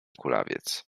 kulawiec